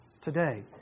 today